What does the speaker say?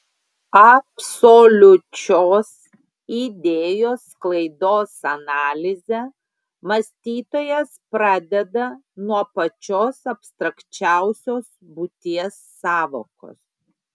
absoliučios idėjos sklaidos analizę mąstytojas pradeda nuo pačios abstrakčiausios būties sąvokos